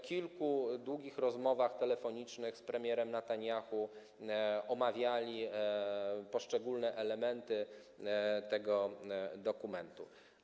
W kilku długich rozmowach telefonicznych z premierem Netanjahu omawiane były poszczególne elementy tego dokumentu.